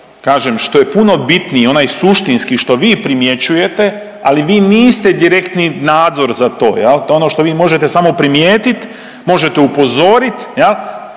kažem, što je puno bitniji, onaj suštinski, što vi primjećujete, ali vi niste direktni nadzor za to, je li? To je ono što vi možete samo primijetiti, možete upozoriti,